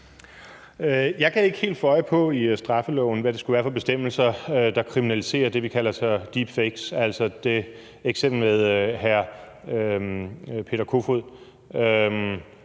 Jeg kan ikke helt få øje på i straffeloven, hvad det skulle være for bestemmelser, der kriminaliserer det, vi kalder deepfakes, altså som i det eksempel med hr. Peter Kofod